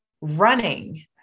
running